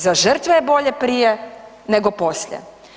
Za žrtve je bolje prije nego poslije.